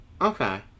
Okay